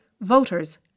voters